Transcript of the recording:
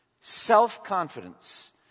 Self-confidence